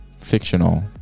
fictional